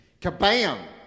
kabam